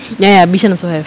ya ya bishan also have